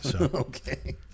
Okay